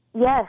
Yes